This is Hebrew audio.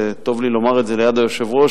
וטוב לי לומר את זה ליד היושב-ראש,